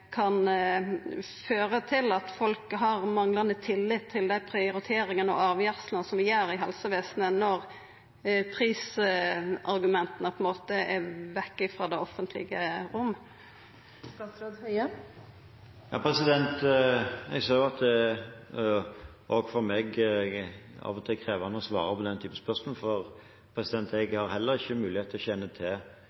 kan føra til at folk har manglande tillit til dei prioriteringane og avgjerdene som vi gjer i helsevesenet, når prisargumenta er vekk frå det offentlege rommet? Jeg ser at det, også for meg, av og til er krevende å svare på den typen spørsmål, for jeg